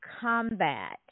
combat